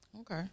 Okay